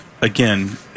again